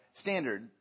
standard